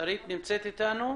שמי איתן אורן,